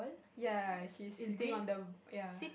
ya she's sitting on the ya